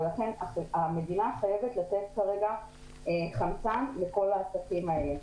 ולכן המדינה חייבת לתת כרגע חמצן לכל העסקים האלה.